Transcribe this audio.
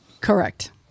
correct